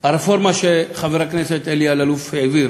הרפורמה שחבר הכנסת אלי אלאלוף העביר